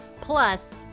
plus